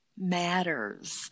matters